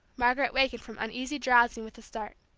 margaret wakened from uneasy drowsing with a start.